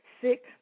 sick